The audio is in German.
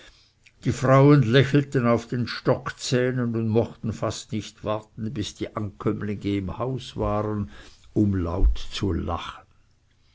die frauen lächelten auf den stockzähnen und mochten fast nicht warten bis die ankömmlinge im hause waren um laut zu lachen